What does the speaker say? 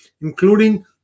including